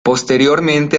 posteriormente